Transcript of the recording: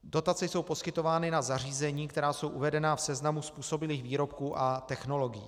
Dotace jsou poskytovány na zařízení, která jsou uvedena v seznamu způsobilých výrobků a technologií.